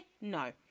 no